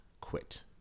quit